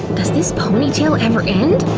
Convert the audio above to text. does this ponytail ever end?